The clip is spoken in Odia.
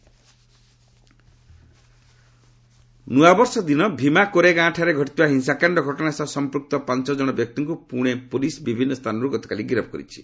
ପ୍ରଣେ ଆରେଷ୍ଟ ନୂଆବର୍ଷ ଦିନ ଭିମା କୋରେଗାଁ ଠାରେ ଘଟିଥିବା ହିଂସାକାଣ୍ଡ ଘଟଣା ସହ ସମ୍ପୃକ୍ତ ପାଞ୍ଚ ଜଣ ବ୍ୟକ୍ତିଙ୍କୁ ପୁଣେ ପୁଲିସ୍ ବିଭିନ୍ନ ସ୍ଥାନରୁ ଗତକାଲି ଗିରଫ୍ କରିଛି